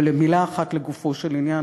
אבל מילה אחת לגופו של עניין,